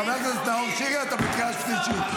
חבר הכנסת נאור שירי, אתה בקריאה שלישית.